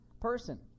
person